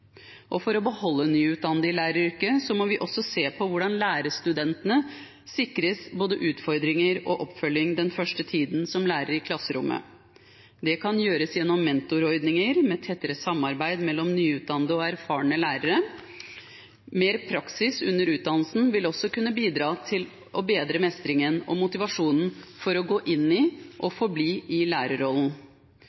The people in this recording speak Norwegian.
Og for å beholde nyutdannede i læreryrket må vi også se på hvordan de sikres både utfordringer og oppfølging den første tiden som lærer i klasserommet. Det kan gjøres gjennom mentorordninger, med tettere samarbeid mellom nyutdannede og erfarne lærere. Mer praksis under utdannelsen vil også kunne bidra til å bedre mestringen og motivasjonen for å gå inn i og